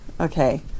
Okay